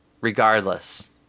regardless